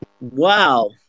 wow